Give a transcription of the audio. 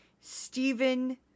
Stephen